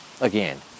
Again